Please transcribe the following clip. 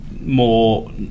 more